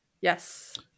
Yes